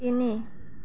তিনি